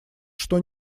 что